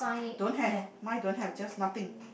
don't have mine don't have just nothing